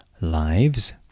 lives